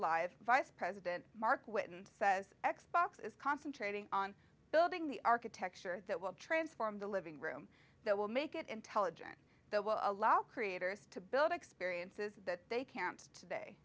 live vice president marc whitten says x box is concentrating on building the architecture that will transform the living room that will make it intelligent that will allow creators to build experiences that they can't today